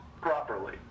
properly